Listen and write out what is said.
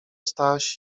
staś